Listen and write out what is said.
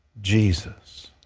jesus,